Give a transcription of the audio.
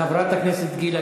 חברת הכנסת גילה